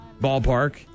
ballpark